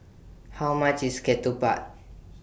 How much IS Ketupat